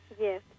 Yes